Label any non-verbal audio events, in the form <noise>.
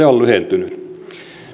<unintelligible> on lyhentynyt